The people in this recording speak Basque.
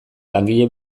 langile